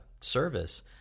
service